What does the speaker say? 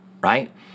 right